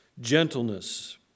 Gentleness